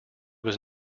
was